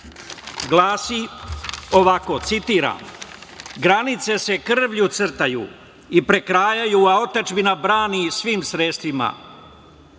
glasi ovako, citiram: „Granice se krvlju crtaju i prekrajaju, a otadžbina brani svim sredstvima.